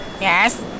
Yes